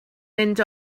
mynd